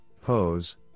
pose